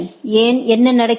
ஏன் என்ன நடக்கிறது